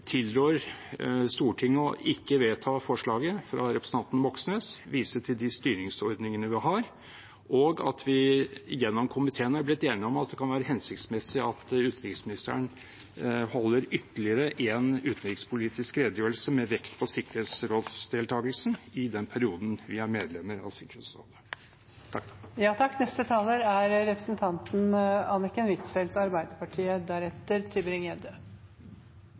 tilrår Stortinget ikke å vedta forslaget fra representanten Moxnes, viser til de styringsordningene vi har, og at vi gjennom komiteen er blitt enige om at det kan være hensiktsmessig at utenriksministeren holder ytterligere en utenrikspolitisk redegjørelse med vekt på sikkerhetsrådsdeltagelsen i den perioden vi er medlemmer av